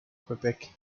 quebec